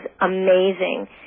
amazing